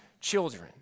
children